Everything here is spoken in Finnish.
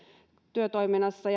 työtoiminnassa